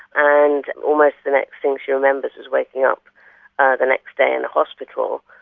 and almost the next thing she remembers is waking up ah the next day in a hospital,